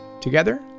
Together